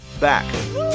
back